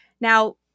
Now